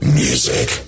music